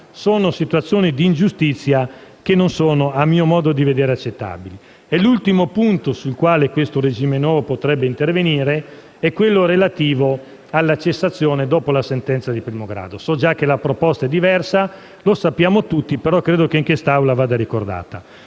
di situazioni di ingiustizia che non sono - a mio modo di vedere - accettabili. L'ultimo punto sul quale il nuovo regime potrebbe intervenire è relativo alla cessazione dopo la sentenza di primo grado. So già che la proposta è diversa - lo sappiamo tutti - ma credo che in quest'Aula vada ricordata.